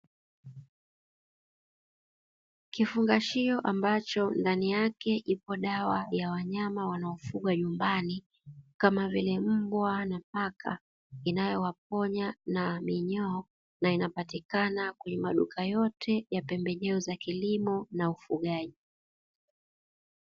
Kifungashio ambacho ndani yake ipo dawa ya wanyama wanaofugwa nyumbani, kama vile mbwa na paka; inayowaponya na minyoo na inapatikana kwenye maduka yote ya pembejeo za kilimo na ufugaji.